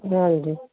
ਹਾਂਜੀ